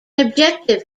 objective